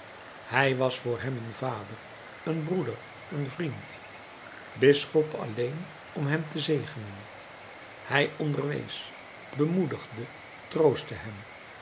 hij was voor hem een vader een broeder een vriend bisschop alleen om hem te zegenen hij onderwees bemoedigde troostte hem